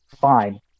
fine